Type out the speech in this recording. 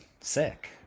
sick